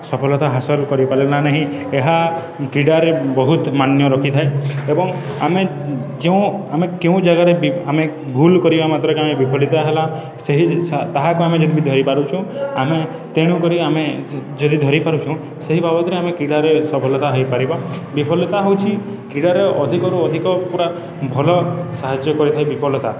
ସଫଲତା ହାସଲ କରିପାରିଲା ନାହିଁ ଏହା କ୍ରୀଡ଼ାରେ ବହୁତ ମାନ୍ୟ ରଖିଥାଏ ଏବଂ ଆମେ ଯେଉଁ ଆମେ କେଉଁ ଜାଗାରେ ଆମେ ଭୁଲ କରିବା ମାତ୍ରକେ ଆମେ ବିଫଲତା ହେଲା ସେହି ତାହାକୁ ଆମେ ଯଦି ବି ଧରିପାରୁଚୁ ଆମେ ତେଣୁକରି ଆମେ ଯଦି ଧରିପାରୁଛୁଁ ସେହି ବାବଦରେ ଆମେ କ୍ରୀଡ଼ାରେ ସଫଲତା ହେଇପାରିବା ବିଫଲତା ହେଉଛି କ୍ରୀଡ଼ାରେ ଅଧିକରୁ ଅଧିକ ପୁରା ଭଲ ସାହାଯ୍ୟ କରିଥାଏ ବିଫଲତା